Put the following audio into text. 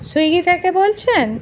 Swiggy থেকে বলছেন